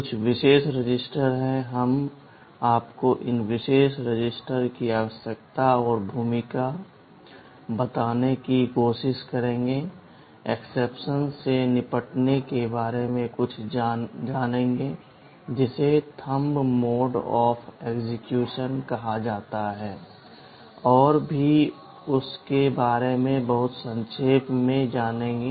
कुछ विशेष रजिस्टर हैं हम आपको इन विशेष रजिस्टर की आवश्यकता और भूमिका बताने की कोशिश करेंगे एक्सेप्शन से निपटने के बारे में कुछ जानेंगे जिसे थंब मोड़ ऑफ़ एक्सक्यूशन कहा जाता है और भी उस के बारे में बहुत संक्षेप में जानेंगे